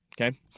Okay